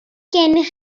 gennych